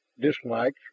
dislikes